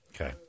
Okay